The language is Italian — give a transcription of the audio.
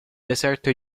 deserto